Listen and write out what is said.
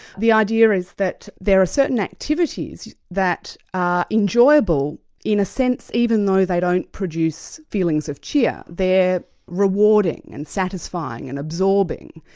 the idea is that there are certain activities that are enjoyable in a sense, even though they don't produce feelings of cheer, they're rewarding and satisfying and absorbing.